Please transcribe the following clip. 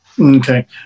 Okay